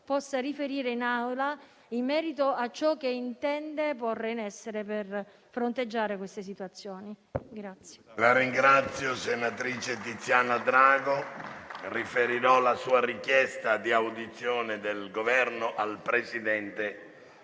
possa riferire in Assemblea in merito a ciò che intende porre in essere per fronteggiare situazioni del